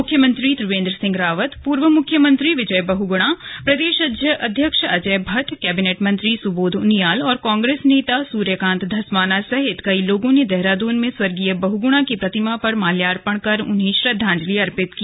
मुख्यमंत्री त्रिवेंद्र सिंह रावत पूर्व मुख्यमंत्री विजय बहुगुणा प्रदेश अध्यक्ष अजय भट्ट कैबिनेट मंत्री सुबोध उनियाल और कांग्रेस नेता सूर्यकांत धस्माना सहित कई लोगों ने देहरादून में स्वर्गीय बहुगुणा की प्रतिमा पर मालार्पण कर उन्हें श्रद्धांजलि अर्पित की